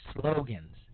slogans